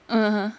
(uh huh)